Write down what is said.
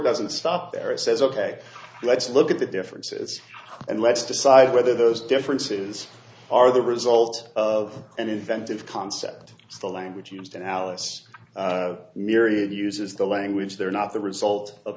doesn't stop there and says ok let's look at the differences and let's decide whether those differences are the result of an inventive concept the language used in alice myriad uses the language they're not the result of